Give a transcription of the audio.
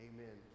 Amen